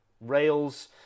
Rails